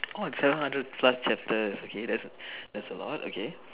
or seven hundred plus chapters okay that's that's a lot okay